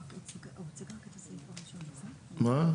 מה?